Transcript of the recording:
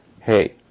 hey